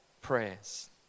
prayers